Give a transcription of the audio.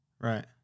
Right